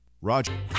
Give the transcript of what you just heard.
Roger